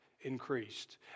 increased